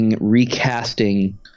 recasting